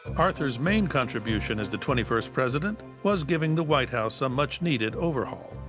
arthur's main contribution as the twenty first president was giving the white house a much needed overhaul.